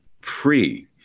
free